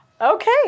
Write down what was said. Okay